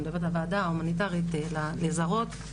אבל הרבה דברים במערכת הזאת פועלים בשיקול